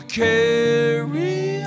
carry